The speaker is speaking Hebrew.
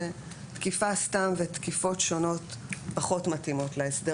שתקיפה סתם ותקיפות שונות פחות מתאימות להסדר